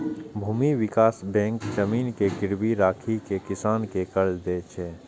भूमि विकास बैंक जमीन के गिरवी राखि कें किसान कें कर्ज दै छै